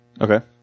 Okay